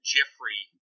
Jeffrey